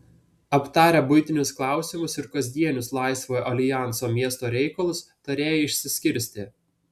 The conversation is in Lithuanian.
aptarę buitinius klausimus ir kasdienius laisvojo aljanso miesto reikalus tarėjai išsiskirstė